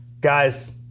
Guys